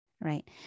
right